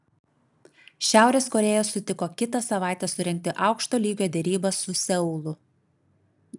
šiaurės korėja sutiko kitą savaitę surengti aukšto lygio derybas su seulu